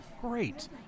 Great